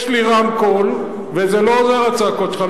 יש לי רמקול ולא שומעים את הצעקות שלך.